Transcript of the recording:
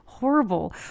horrible